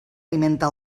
alimenta